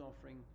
offering